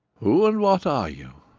who, and what are you?